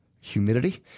humidity